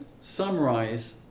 summarize